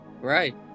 Right